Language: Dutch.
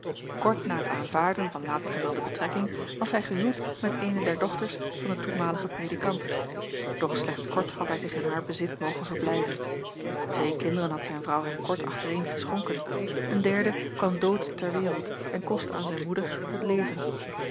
kort na het aanvaarden van laatstgemelde betrekking was hij gehuwd met eene der dochters van den toenmaligen predikant doch slechts kort had hij zich in haar bezit mogen verblijden twee kinderen had zijn vrouw hem kort achtereen geschonken een derde kwam dood ter wereld en kostte aan zijn moeder het leven